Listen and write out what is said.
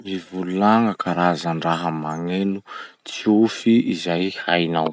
Mivolagna karazan-draha magneno tsiofy zay hainao.